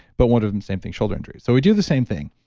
but one of them same thing, shoulder injury. so we do the same thing,